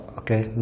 okay